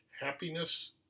happiness